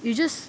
you just